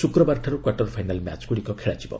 ଶୁକ୍ରବାରଠାରୁ quarter final ମ୍ୟାଚଗୁଡ଼ିକ ଖେଳାଯିବ